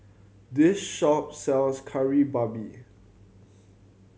this shop sells Kari Babi